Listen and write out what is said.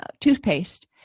toothpaste